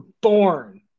born